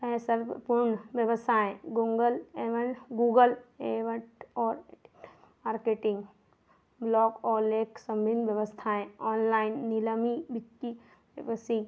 है सर्वपूर्ण व्यवसाय गोंगल एवम गूगल एवट और मार्केटिंग ब्लॉग ऑलेक्स विभिन्न व्यवस्थाएँ ऑनलाइन निलामी वित्तीर व्यवसाय